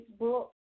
Facebook